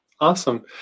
Awesome